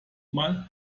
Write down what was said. mal